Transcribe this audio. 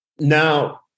Now